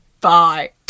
bye